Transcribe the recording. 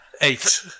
eight